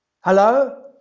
Hello